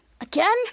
again